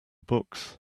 books